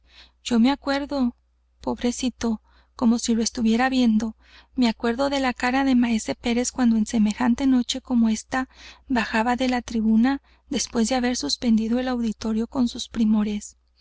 yo me acuerdo pobrecito como si lo estuviera viendo me acuerdo de la cara de maese pérez cuando en semejante noche como ésta bajaba de la tribuna después de haber suspendido al auditorio con sus primores